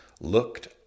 looked